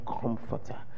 comforter